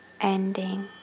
ending